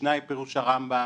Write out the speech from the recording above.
משנה עם פירוש לרמב"ם,